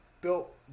built